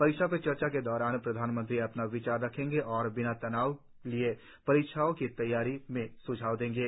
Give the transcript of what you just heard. परीक्षा पे चर्चा के दौरान प्रधानमंत्री अपने विचार रखेंगे और बिना तनाव लिए परीक्षाओं की तैयारी के सुझाव देंगे